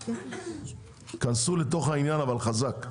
כנסו לעניין אבל חזק.